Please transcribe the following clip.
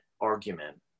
argument